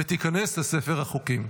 ותיכנס לספר החוקים.